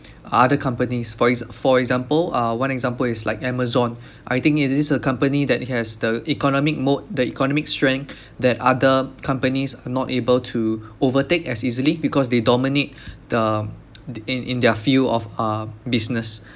o~ other companies for exam for example uh one example is like amazon I think it is a company that has the economic moat the economic strength that other companies are not able to overtake as easily because they dominate the the in in their field of uh business